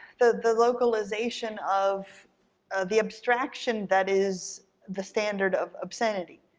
the the localization of the abstraction that is the standard of obscenity,